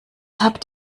habt